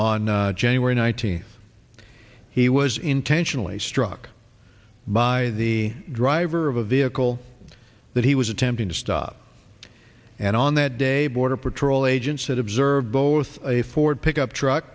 on january nineteenth he was intentionally struck by the driver of a vehicle that he was attempting to stop and on that day border patrol agents had observed both a ford pickup truck